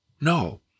No